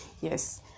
Yes